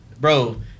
Bro